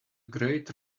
great